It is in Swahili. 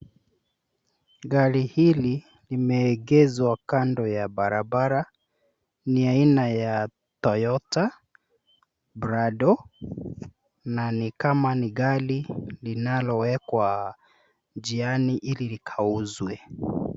Gari hili limeegezwa kando ya barabara. Ni aina ya Toyota prado na ni kama ni gari linalowekwa njiani ili likauzwe.